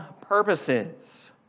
purposes